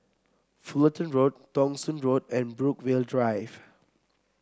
Fullerton Road Thong Soon Road and Brookvale Drive